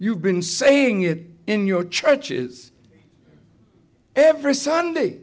you've been saying it in your churches ever sunday